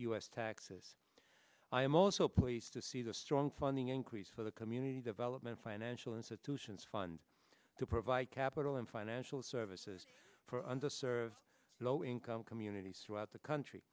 s taxes i am also pleased to see the strong funding increase for the community development financial institutions fund to provide capital and financial services for under served low income communities throughout the country